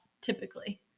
typically